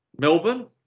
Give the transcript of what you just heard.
Melbourne